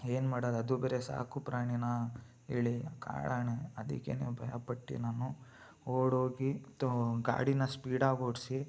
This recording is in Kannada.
ಏನು ಮಾಡೋದು ಅದು ಬೇರೆ ಸಾಕು ಪ್ರಾಣಿಯಾ ಹೇಳಿ ಕಾಡಾನೆ ಅದಕ್ಕೇನೆ ಭಯ ಪಟ್ಟು ನಾನು ಓಡೋಗಿ ತೋ ಗಾಡಿನ ಸ್ಪೀಡಾಗಿ ಓಡಿಸಿ